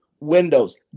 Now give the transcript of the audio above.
windows